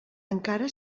encara